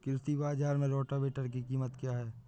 कृषि बाजार में रोटावेटर की कीमत क्या है?